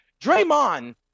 Draymond